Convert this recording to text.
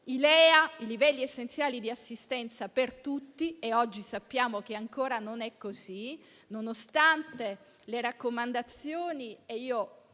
garantire livelli essenziali di assistenza (LEA) per tutti, e oggi sappiamo che ancora non è così, nonostante le raccomandazioni e anche